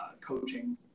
coaching